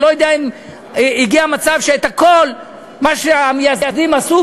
אני לא יודע אם הגיע מצב שכל מה שהמייסדים עשו,